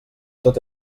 tot